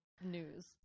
news